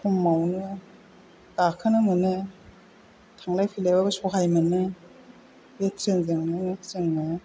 खमावनो गाखोनो मोनो थांलाय फैलायबाबो सहाय मोनो बे ट्रेनजोंनो जोङो